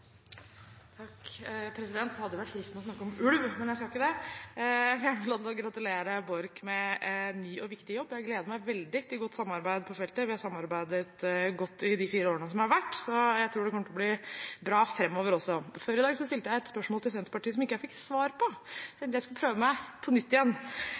Det hadde vært fristende å snakke om ulv, men jeg skal ikke det. Jeg må få lov til å gratulere Borch med ny og viktig jobb, og jeg gleder meg veldig til godt samarbeid på feltet. Vi har samarbeidet godt i de fire årene som har vært, så jeg tror det kommer til å bli bra framover også. Før i dag stilte jeg et spørsmål til Senterpartiet som jeg ikke fikk svar på, så jeg tenkte jeg skulle prøve meg på nytt.